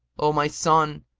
o my son,